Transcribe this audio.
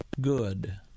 good